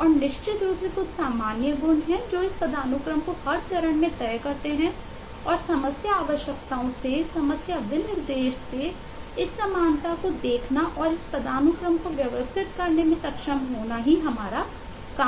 और निश्चित रूप से कुछ सामान्य गुण हैं जो इस पदानुक्रम को हर चरण में तय करते हैं और समस्या आवश्यकताओं से समस्या विनिर्देशन से इस समानता को देखना और इस पदानुक्रम को व्यवस्थित करने में सक्षम होना हमारा काम है